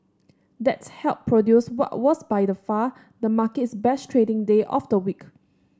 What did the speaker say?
that helped produce what was by the far the market's best trading day of the week